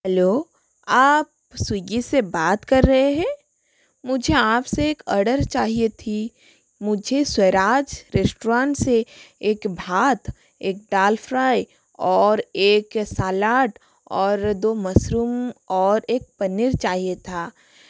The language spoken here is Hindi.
हलाे आप स्विगी से बात कर रहे हैं मुझे आपसे एक अडर चाहिए थी मुझे स्वराज रेस्ट्रॉन्ट से एक भात एक दाल फ़्राई और एक सलाड और दो मसरूम और एक पनीर चाहिए था